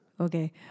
okay